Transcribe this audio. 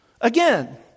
Again